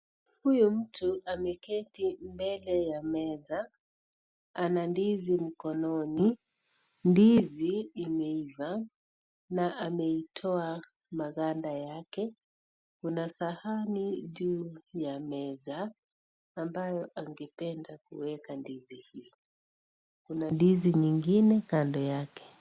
Huyu mtu ameketi mbele ya meza ana ndizi mkononi ndizi imeiva na ameitoa maganda yake Kuna sahani juu ya meza ambayo angependa kuweka ndizi hio kuna ndizi nyingine kando yake.